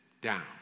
down